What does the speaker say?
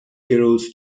girls